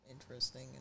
interesting